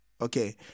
Okay